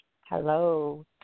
Hello